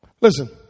Listen